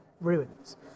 ruins